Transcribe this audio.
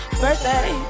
birthday